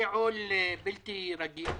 זה עול בלתי רגיל,